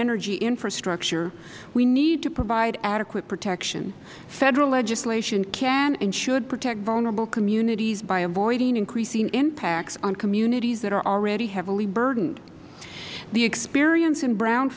energy infrastructure we need to provide adequate protection federal legislation can and should protect vulnerable communities by avoiding increasing impacts on communities that are already heavily burdened the experiments in brown